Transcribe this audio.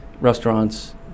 restaurants